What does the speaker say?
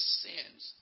sins